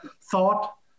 thought